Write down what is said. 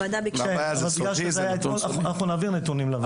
אנחנו נעביר נתונים לוועדה.